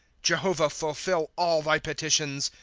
jehovah fulfill all thy petitions.